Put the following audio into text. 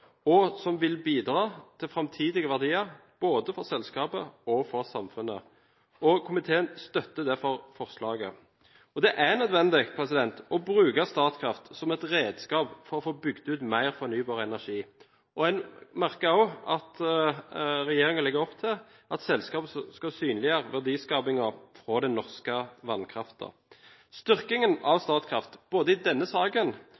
som vil bidra til framtidige verdier for både selskapet og samfunnet. Komiteen støtter derfor forslaget. Det er nødvendig å bruke Statkraft som et redskap for å få bygd ut mer fornybar energi. Jeg merker meg også at regjeringen legger opp til at selskapet skal synliggjøre verdiskapingen fra den norske vannkraften. Styrkingen av Statkraft, både i denne saken